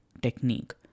technique